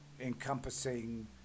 encompassing